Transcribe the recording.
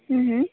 હં હં